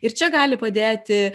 ir čia gali padėti